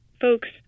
folks